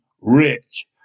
rich